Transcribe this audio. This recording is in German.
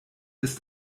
ist